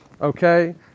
Okay